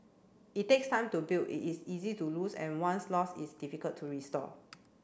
it takes time to build it is easy to lose and once lost is difficult to restore